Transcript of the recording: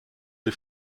die